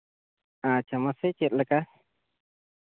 ᱟᱪᱪᱷᱟ ᱢᱟᱥᱮ ᱪᱮᱫ ᱞᱮᱠᱟ